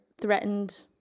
threatened